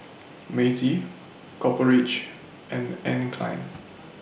Meiji Copper Ridge and Anne Klein